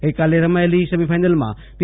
ગઈકાલે રમાયેલી સેમિફાઈનલમાં પી